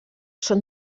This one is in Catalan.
són